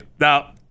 now